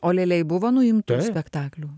o lėlėj buvo nuimtų spektaklių